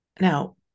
Now